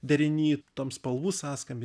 deriny tam spalvų sąskamby